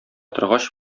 торгач